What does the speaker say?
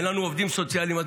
אין לנו עובדים סוציאליים,